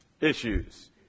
issues